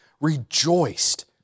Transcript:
rejoiced